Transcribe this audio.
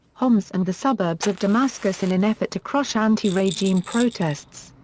homs and the suburbs of damascus in an effort to crush anti-regime protests.